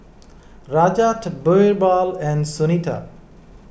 Rajat Birbal and Sunita